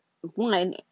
one